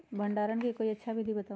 भंडारण के कोई अच्छा विधि बताउ?